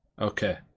Okay